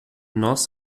nós